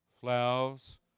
flowers